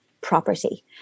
property